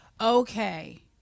okay